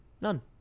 None